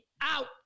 out